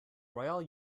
royale